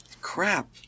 Crap